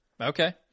okay